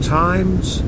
times